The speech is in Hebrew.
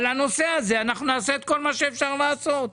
על הנושא הזה אנחנו נעשה את כל מה שאפשר לעשות.